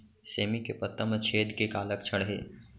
सेमी के पत्ता म छेद के का लक्षण हे?